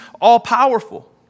all-powerful